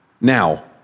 Now